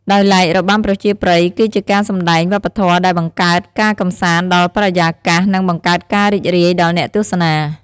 ដោយឡែករបាំប្រជាប្រិយគឺជាការសំដែងវប្បធម៌ដែលបង្កើតការកំសាន្តដល់បរិយាកាស និងបង្កើតការរីករាយដល់អ្នកទស្សនា។